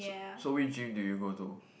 so so which gym do you go to